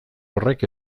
horrek